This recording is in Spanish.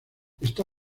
esta